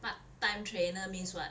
part-time trainer means what